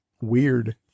weird